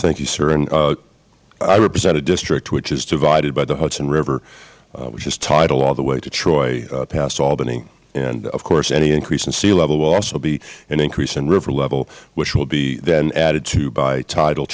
thank you sir i represent a district which is divided by the hudson river which is tidal all the way to troy past albany and of course any increase in sea level will also be an increase in river level which will be then added to by tidal